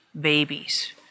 babies